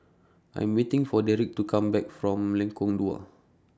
I Am waiting For Derrick to Come Back from Lengkong Dua